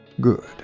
Good